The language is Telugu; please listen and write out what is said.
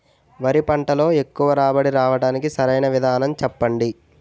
వరి పంటలో ఎక్కువ రాబడి రావటానికి సరైన విధానం చెప్పండి?